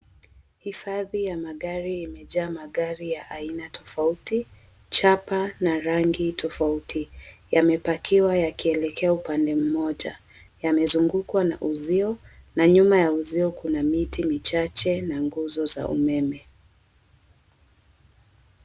Hifadhi ya magari imejaa magari ya aina tofauti chapa na rangi tofauti yamepakiwa yakielekea upande mmoja, yamezungukwa na uzio na nyuma ya uzio kuna miti michache na nguzo za umeme.